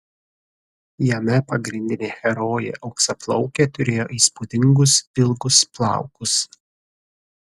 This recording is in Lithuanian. jame pagrindinė herojė auksaplaukė turėjo įspūdingus ilgus plaukus